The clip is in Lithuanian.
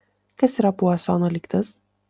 kas yra puasono lygtis